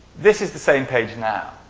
this is the same page now.